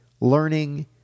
learning